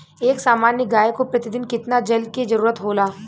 एक सामान्य गाय को प्रतिदिन कितना जल के जरुरत होला?